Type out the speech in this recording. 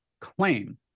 claim